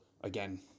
again